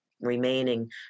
remaining